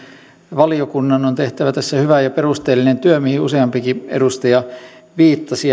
valiokunnan on tehtävä tässä hyvä ja perusteellinen työ mihin useampikin edustaja viittasi